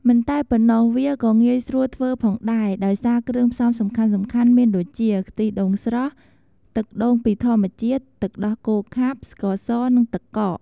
មិនតែប៉ុណ្ណោះ វាក៏ងាយស្រួលធ្វើផងដែរ ដោយសារគ្រឿងផ្សំសំខាន់ៗមានដូចជា ខ្ទិះដូងស្រស់ ទឹកដូងពីធម្មជាតិ ទឹកដោះគោខាប់ ស្ករស និងទឹកកក។